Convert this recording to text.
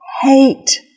hate